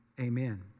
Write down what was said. amen